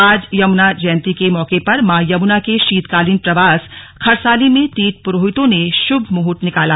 आज यमुना जयंती के मौके पर मां यमुना के शीतकालीन प्रवास खरसाली खूशीमठ में तीर्थ पुरोहितों ने श्भ मुहूर्त निकाला